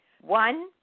One